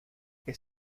que